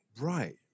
right